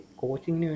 coaching